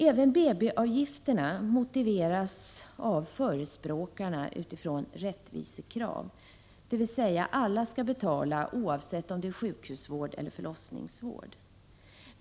Även BB-avgifterna motiveras av förespråkarna utifrån rättvisekrav, dvs. alla skall betala, oavsett om det är sjukhusvård eller förlossningsvård.